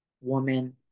woman